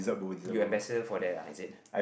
you're ambassador for that ah is it